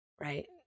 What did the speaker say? right